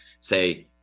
say